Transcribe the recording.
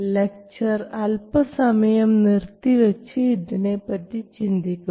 lecture അല്പസമയം നിർത്തിവെച്ച് ഇതിനെപ്പറ്റി ചിന്തിക്കുക